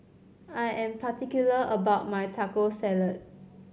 I am particular about my Taco Salad